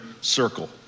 circle